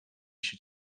się